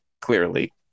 clearly